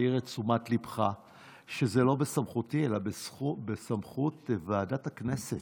אעיר את תשומת ליבך שזה לא בסמכותי אלא בסמכות ועדת הכנסת.